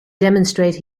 demonstrate